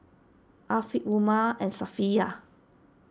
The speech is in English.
Afiq Umar and Safiya